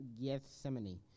Gethsemane